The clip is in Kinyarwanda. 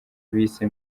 bise